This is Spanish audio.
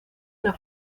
una